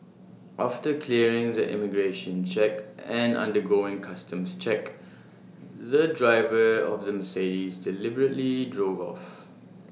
after clearing the immigration check and undergoing customs checks the driver of the Mercedes deliberately drove off